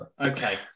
Okay